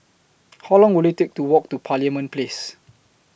How Long Will IT Take to Walk to Parliament Place